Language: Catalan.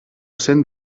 cent